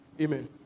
Amen